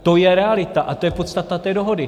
To je realita a to je podstata té dohody.